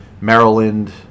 Maryland